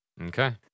Okay